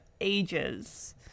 ages